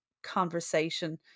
Conversation